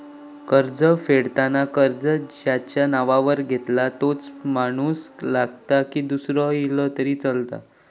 कर्ज फेडताना कर्ज ज्याच्या नावावर घेतला तोच माणूस लागता की दूसरो इलो तरी चलात?